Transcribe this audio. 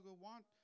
want